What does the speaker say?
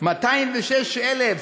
206,000